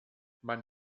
man